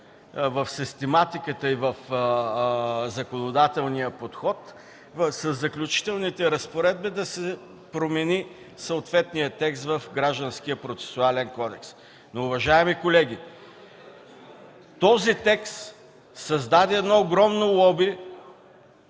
в систематиката и в законодателния подход със Заключителните разпоредби да се промени съответният текст в Гражданския процесуален кодекс. Но, уважаеми колеги, този текст създаде едно огромно лоби